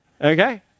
Okay